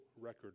record